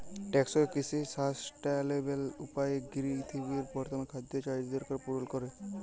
টেকসই কিসি সাসট্যালেবেল উপায়ে পিরথিবীর বর্তমাল খাদ্য চাহিদার দরকার পুরল ক্যরে